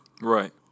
Right